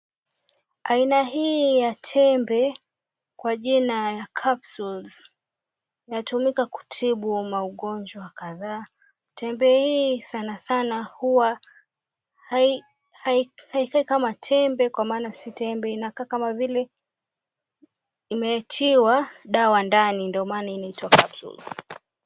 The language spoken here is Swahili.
Aina hii ya tembe, kwa jina ya capsules, inatumika kutibu magonjwa. Inatumika kutibu magonjwa kadhaa. Tembe hii sanasana huwa haikai kama tembe, kwa maana si tembe, inakaa kama vile imetiwa dawa ndani, ndo maana inaitwa capsule.